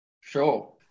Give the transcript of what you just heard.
Sure